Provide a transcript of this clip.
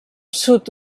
sud